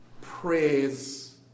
praise